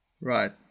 Right